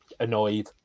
annoyed